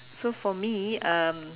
so for me um